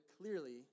clearly